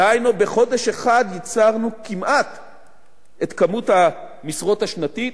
דהיינו בחודש אחד ייצרנו כמעט את כמות המשרות השנתית.